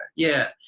yeah.